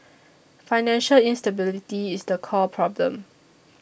financial instability is the core problem